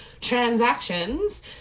Transactions